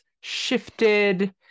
shifted